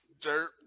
dirt